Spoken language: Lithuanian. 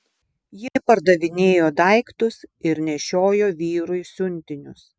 ji pardavinėjo daiktus ir nešiojo vyrui siuntinius